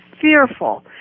fearful